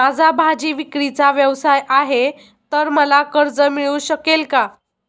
माझा भाजीविक्रीचा व्यवसाय आहे तर मला कर्ज मिळू शकेल का?